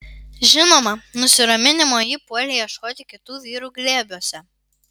žinoma nusiraminimo ji puolė ieškoti kitų vyrų glėbiuose